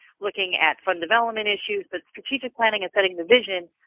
looking at fund development issues. but strategic planning and setting the vision,